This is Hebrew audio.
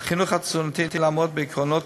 על החינוך התזונתי לעמוד בעקרונות